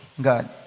God